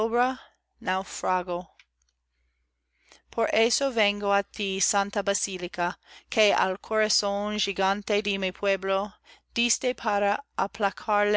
por eso vengo á tí santa basílica que al corazón gigante de mi pueblo diste para